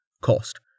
Cost